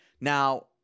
now